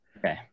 Okay